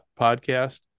podcast